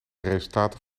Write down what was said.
resultaten